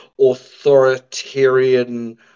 authoritarian